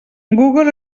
google